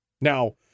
now